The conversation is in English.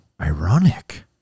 Ironic